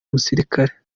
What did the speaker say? musirikare